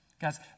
Guys